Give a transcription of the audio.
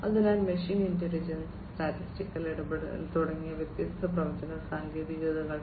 അതിനാൽ machine intelligence statistical ഇടപെടൽ തുടങ്ങിയ വ്യത്യസ്ത പ്രവചന സാങ്കേതികതകൾ